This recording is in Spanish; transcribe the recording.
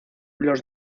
los